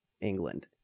England